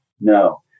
no